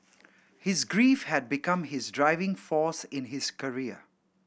his grief had become his driving force in his career